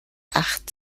acht